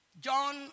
John